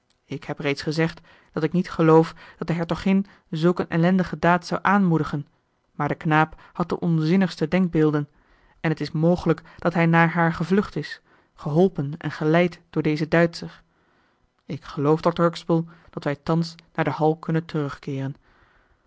ik heb reeds gezegd dat ik niet geloof dat de hertogin zulk een ellendige daad zou aanmoedigen maar de knaap had de onzinnigste denkbeelden en het is mogelijk dat hij naar haar gevlucht is geholpen en geleid door dezen duitscher ik geloof dr huxtable dat wij thans naar de hall kunnen terugkeeren